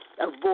Avoid